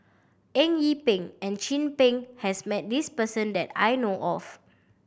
Eng Yee Peng and Chin Peng has met this person that I know of